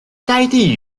该地